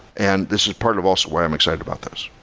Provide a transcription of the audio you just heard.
and this is part of also why i'm excited about this.